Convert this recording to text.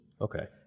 Okay